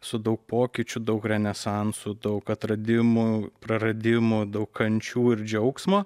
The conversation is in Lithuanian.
su daug pokyčių daug renesansų daug atradimų praradimų daug kančių ir džiaugsmo